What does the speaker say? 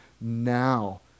now